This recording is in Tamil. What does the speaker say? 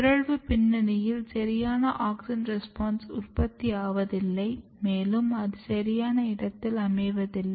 பிறழ்வு பின்னணியில் சரியான ஆக்ஸின் ரெஸ்பான்ஸ் உற்பத்தி ஆவதில்லை மேலும் அது சரியான இடத்தில அமைவதில்லை